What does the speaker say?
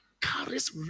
Carries